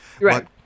Right